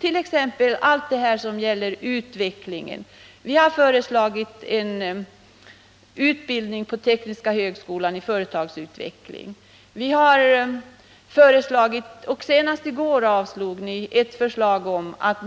Vi har t.ex. föreslagit en utbildning på tekniska högskolan i företagsutveckling, men det förslaget avslogs. Och senast i går avslog ni ett förslag om att